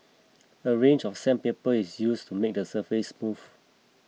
a range of sandpaper is used to make the surface smooth